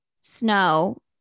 Snow